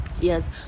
yes